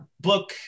book